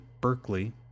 Berkeley